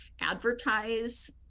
advertise